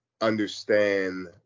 understand